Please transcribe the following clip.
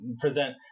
present